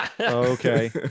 Okay